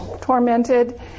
tormented